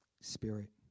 spirit